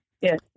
Yes